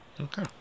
Okay